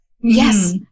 yes